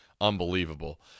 unbelievable